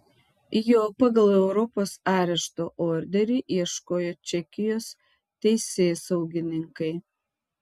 jo pagal europos arešto orderį ieškojo čekijos teisėsaugininkai